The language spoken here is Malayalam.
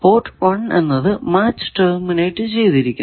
പോർട്ട് 1 എന്നത് മാച്ച് ടെർമിനേറ്റ് ചെയ്തിരിക്കുന്നു